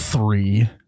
Three